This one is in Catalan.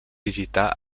visitar